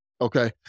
Okay